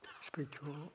spiritual